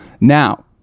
Now